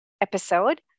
episode